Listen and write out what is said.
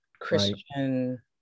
Christian